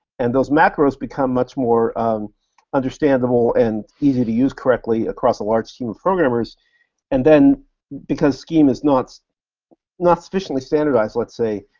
and those macros become much more understandable and easy to use correctly across a large team of programmers and then because scheme is not so not sufficiently standardized, let's say,